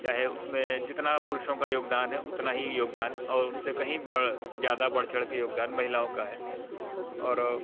चाहे उसमें जितना पुरुषों का योगदान है उतना ही योगदान और उनसे कहीं बढ़ ज़्यादा बढ़ चढ़ के योगदान महिलाओं का है और